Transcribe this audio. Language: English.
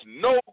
no